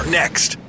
next